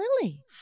Lily